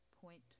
point